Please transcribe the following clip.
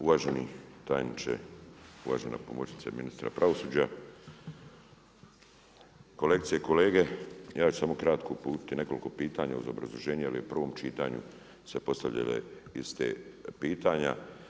Uvaženi tajniče, uvažena pomoćnice ministra pravosuđa, kolegice i kolege ja ću samo kratko uputiti nekoliko pitanja uz obrazloženje jer je u prvom čitanju se postavlja da … pitanja.